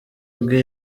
bwe